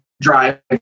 drive